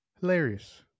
hilarious